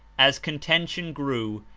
as contention grew,